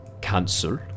Cancel